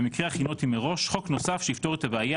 במקרה הכינותי מראש - חוק נוסף שיפתור את הבעיה